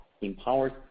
empowers